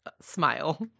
Smile